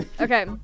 Okay